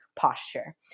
posture